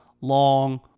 long